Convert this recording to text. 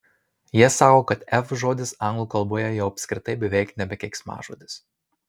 jie sako kad f žodis anglų kalboje jau apskritai beveik nebe keiksmažodis